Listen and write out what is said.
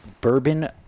bourbon